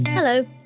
Hello